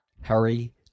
Hurry